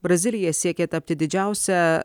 brazilija siekia tapti didžiausia